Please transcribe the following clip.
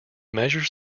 measures